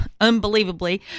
unbelievably